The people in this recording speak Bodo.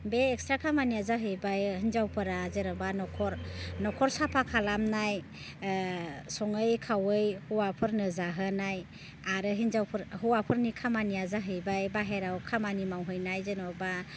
बे एक्स्ट्रा खामानिया जाहैबाय हिन्जावफोरा जेन'बा न'खर न'खर साफा खालामनाय सङै खावै हौवाफोरनो जाहोनाय आरो हिन्जावफोर हौवाफोरनि खामनिया जाहैबाय बाहेरायाव खामानि मावहैनाय जेन'बा